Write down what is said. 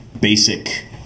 basic